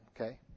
okay